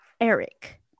eric